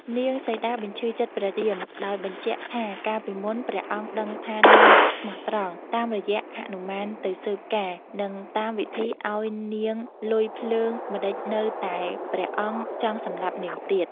នាងសីតាបញ្ឈឺចិត្តព្រះរាម ដោយបញ្ជាក់ថាកាលពីមុនព្រះអង្គដឹងថានាងស្មោះត្រង់ តាមរយៈហនុមានទៅស៊ើបការនិងតាមវិធីឱ្យនាងលុយភ្លើងម្តេចនៅតែព្រះអង្គចង់សម្លាប់នាងទៀត។